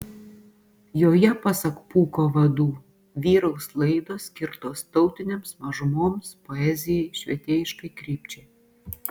joje pasak pūko vadų vyraus laidos skirtos tautinėms mažumoms poezijai švietėjiškai krypčiai